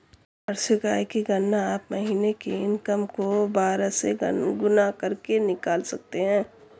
वार्षिक आय की गणना आप महीने की इनकम को बारह से गुणा करके निकाल सकते है